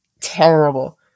terrible